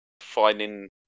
finding